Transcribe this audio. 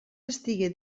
estigué